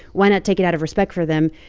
why not take it out of respect for them?